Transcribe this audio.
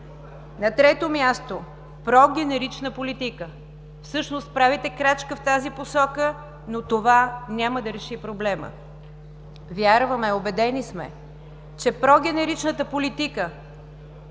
На трето място, прогенерична политика. Всъщност правите крачка в тази посока, но това няма да реши проблема. Вярваме, убедени сме, че прогенеричната политика